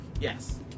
Yes